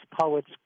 poets